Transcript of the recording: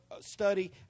study